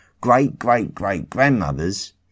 great-great-great-grandmothers